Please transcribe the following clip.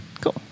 Cool